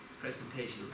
presentation